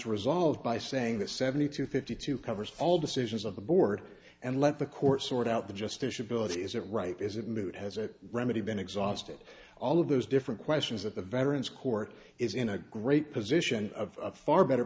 s resolved by saying that seventy two fifty two covers all decisions of the board and let the court sort out the justiciable is it right is it moot has a remedy been exhausted all of those different questions that the veterans court is in a great position of a far better